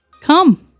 Come